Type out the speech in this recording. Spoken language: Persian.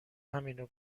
همینو